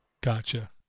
gotcha